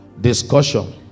discussion